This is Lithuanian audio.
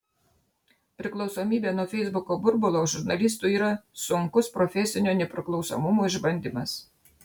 priklausomybė nuo feisbuko burbulo žurnalistui yra sunkus profesinio nepriklausomumo išbandymas